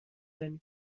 دانی